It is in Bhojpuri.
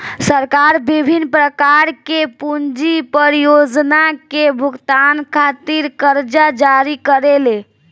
सरकार बिभिन्न प्रकार के पूंजी परियोजना के भुगतान खातिर करजा जारी करेले